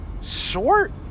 short